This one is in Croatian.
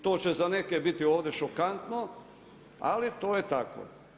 To će za neke biti ovdje šokantno ali to je tako.